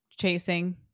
chasing